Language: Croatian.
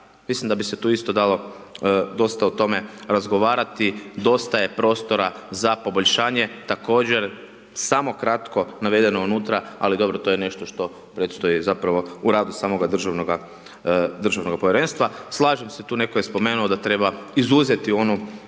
mislim da bi se tu isto dalo dosta o tome razgovarati, dosta je prostora za poboljšanje. Također, samo kratko navedeno unutra, ali dobro to je nešto što predstoji, zapravo, u radu samoga državnoga Povjerenstva. Slažem se tu, netko je spomenuo da treba izuzeti onu